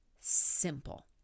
simple